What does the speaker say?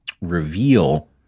reveal